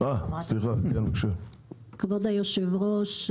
כבוד היושב-ראש,